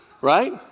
right